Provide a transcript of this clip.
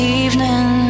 evening